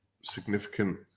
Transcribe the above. significant